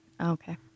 Okay